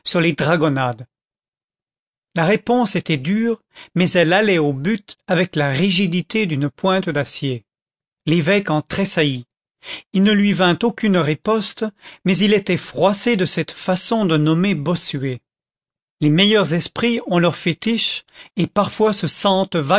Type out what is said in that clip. dragonnades la réponse était dure mais elle allait au but avec la rigidité d'une pointe d'acier l'évêque en tressaillit il ne lui vint aucune riposte mais il était froissé de cette façon de nommer bossuet les meilleurs esprits ont leurs fétiches et parfois se sentent